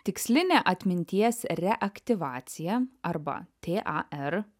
tikslinė atminties reaktyvacija arba tė a er